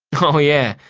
oh, yeah,